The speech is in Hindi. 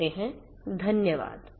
करते हैं धन्यवाद